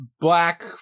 black